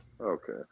Okay